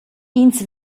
ins